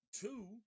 two